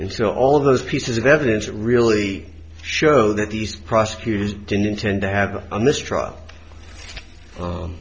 so all of those pieces of evidence really show that these prosecutors didn't intend to have a mistrial